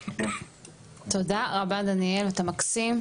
תודה רבה דניאל, אתה מסכים.